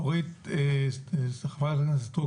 אורית סטרוק,